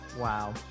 Wow